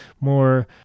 more